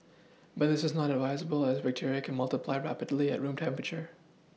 but this is not advisable as bacteria can multiply rapidly at room temperature